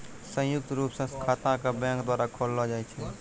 संयुक्त रूप स खाता क बैंक द्वारा खोललो जाय छै